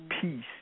peace